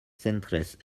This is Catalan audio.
centres